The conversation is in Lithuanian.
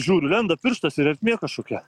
žiūriu lenda pirštas ir ertmė kažkokia